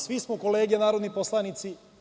Svi smo kolege narodni poslanici.